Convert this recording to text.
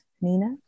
Nina